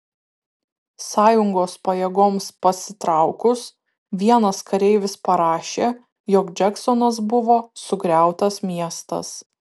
sąjungos pajėgoms pasitraukus vienas kareivis parašė jog džeksonas buvo sugriautas miestas